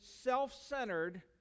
self-centered